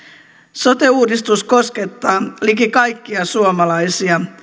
sote uudistus koskettaa liki kaikkia suomalaisia